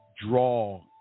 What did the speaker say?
draw